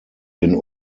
den